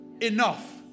enough